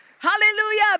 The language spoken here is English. Hallelujah